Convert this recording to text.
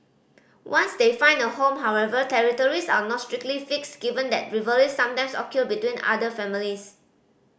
once they find a home however territories are not strictly fixed given that rivalries sometimes occur between otter families